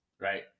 right